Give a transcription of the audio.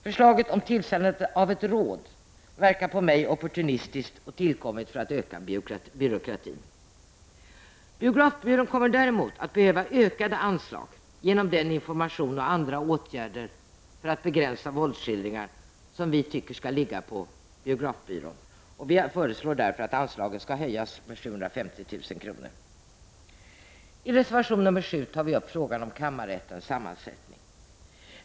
Förslaget om tillsättandet av ett råd verkar vara opportunistiskt och tillkommet för att öka byråkratin. Biografbyrån kommer däremot att behöva ökade anslag på grund av det ansvar för information och andra åtgärder för att begränsa våldsskildringar som vi anser skall åvila byrån. Vi föreslår därför att anslaget skall höjas med 750 000 kr. I reservation 7 tar vi upp frågan om kammarrättens sammansättning.